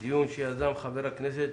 דיון שיזם חבר הכנסת